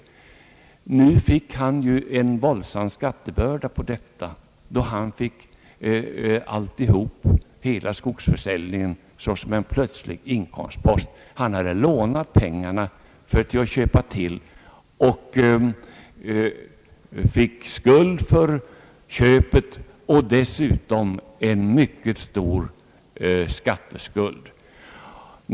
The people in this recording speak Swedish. Nu fick lantbrukaren en synnerligen stor skattebörda, då hela skogsförsäljningen togs upp som en plötslig inkomstpost. Han hade lånat pengarna för att köpa till skogen och fick alltså vid sidan av denna skuld en mycket stor skatteskuld.